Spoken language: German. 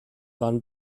waren